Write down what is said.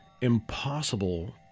impossible